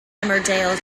emmerdale